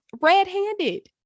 red-handed